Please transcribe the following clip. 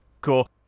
cool